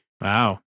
Wow